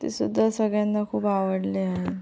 ती सुद्धा सगळ्यांना खूप आवडली आहे